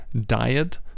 diet